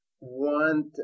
want